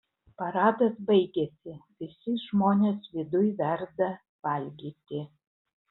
paradas baigėsi visi žmonės viduj verda valgyti